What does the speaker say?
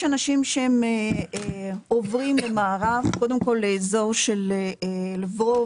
יש אנשים שהם עוברים במערב קודם כל לאזור של לבוב,